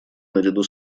наряду